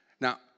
Now